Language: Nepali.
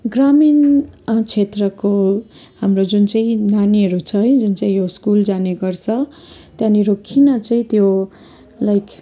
ग्रामीण क्षेत्रको हाम्रो जुन चाहिँ नानीहरू छ है जुन चाहिँ यो स्कुल जाने गर्छ त्यहाँनिर किन चाहिँ त्यो लाइक